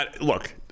look